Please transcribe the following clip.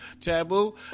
Taboo